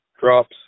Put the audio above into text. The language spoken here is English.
drops